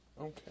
Okay